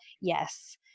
Yes